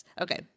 Okay